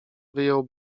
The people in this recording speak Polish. wyjął